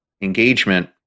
engagement